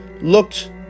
looked